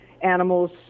animals